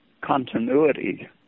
continuity